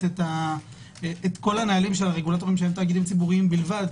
את כל הנהלים של הרגולטורים שהם תאגידים ציבוריים בלבד.